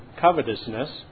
covetousness